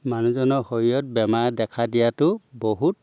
মানুহজনৰ শৰীৰত বেমাৰে দেখা দিয়াতো বহুত